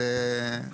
טוב.